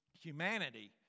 humanity